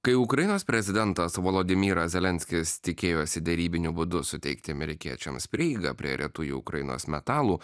kai ukrainos prezidentas volodymyras zelenskis tikėjosi derybiniu būdu suteikti amerikiečiams prieigą prie retųjų ukrainos metalų